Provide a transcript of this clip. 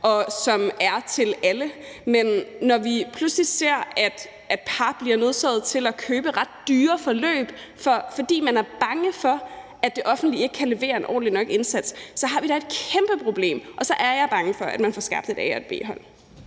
og som er for alle. Men når vi pludselig ser, at par bliver nødsaget til at købe ret dyre forløb, fordi man er bange for, at det offentlige ikke kan levere en ordentlig nok indsats, så har vi da et kæmpe problem, og så er jeg bange for, at man får skabt et A- og et B-hold.